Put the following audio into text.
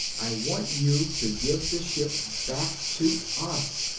i want you to give the ship back to us.